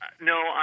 No